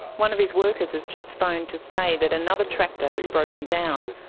one of his workers has just phoned to say that another tractor has broken down.